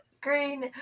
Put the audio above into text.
Green